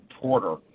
Porter